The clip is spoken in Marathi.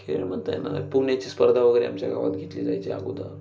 खेळ म्हणता येणार नाही पोहण्याची स्पर्धा वगैरे आमच्या गावात घेतली जायची अगोदर